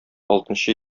алтынчы